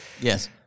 Yes